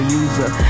user